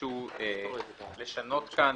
ביקשו לשנות כאן.